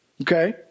Okay